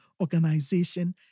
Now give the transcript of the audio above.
organization